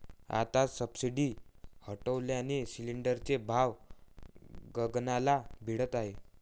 आता सबसिडी हटवल्याने सिलिंडरचे भाव गगनाला भिडले आहेत